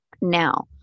now